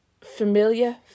familiar